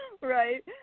Right